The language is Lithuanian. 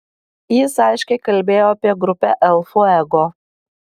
jis aiškiai kalbėjo apie grupę el fuego